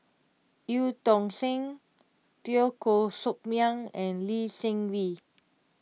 Eu Tong Sen Teo Koh Sock Miang and Lee Seng Wee